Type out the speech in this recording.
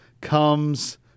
comes